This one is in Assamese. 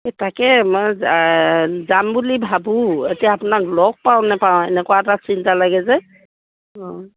এই তাকে মই যাম বুলি ভাবোঁ এতিয়া আপোনাক লগ পাওঁ নেপাওঁ এনেকুৱা এটা চিন্তা লাগে যে অঁ